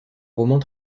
romans